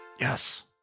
yes